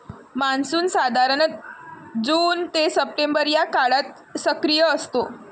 monsoon साधारणतः June ते September या काळात सक्रिय असतो